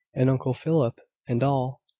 and uncle philip, and all.